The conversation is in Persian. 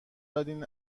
دادین